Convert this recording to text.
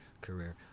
career